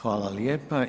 Hvala lijepo.